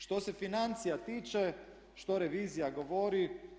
Što se financija tiče što revizija govori?